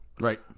Right